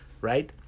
right